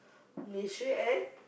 Malaysia and